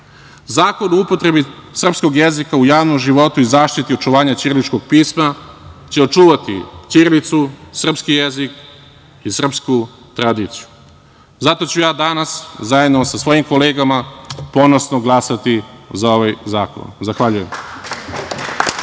Zakon o upotrebi srpskog jezika u javnom životu i zaštiti očuvanja ćiriličnog pisma će očuvati ćirilicu, srpski jezik i srpsku tradiciju. Zato ću ja danas, zajedno sa svojim kolegama, ponosno glasati za ovaj zakon. Zahvaljujem.